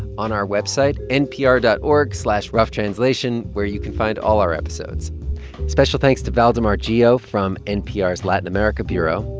on our website npr dot org slash roughtranslation, where you can find all our episodes special thanks to valdemar geo from npr's latin america bureau,